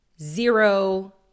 zero